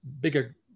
bigger